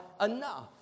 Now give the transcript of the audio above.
enough